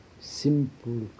simple